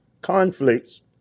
Conflicts